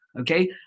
Okay